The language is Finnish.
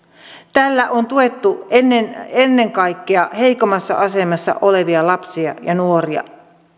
tällä on tuettu ennen ennen kaikkea heikommassa asemassa olevia lapsia ja nuoria